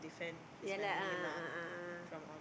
ya lah a'ah a'ah a'ah